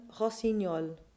rossignol